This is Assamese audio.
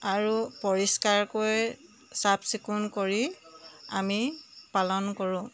আৰু পৰিষ্কাৰকৈ চাফ চিকুণ কৰি আমি পালন কৰোঁ